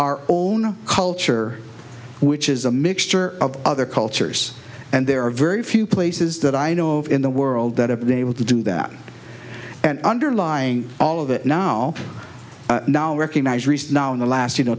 our own culture which is a mixture of other cultures and there are very few places that i know of in the world that have been able to do that and underlying all of it now recognized in the last you know